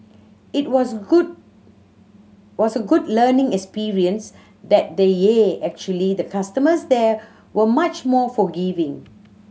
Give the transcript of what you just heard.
it was a good was a good learning experience that then yeah actually the customers there were much more forgiving